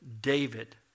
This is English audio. David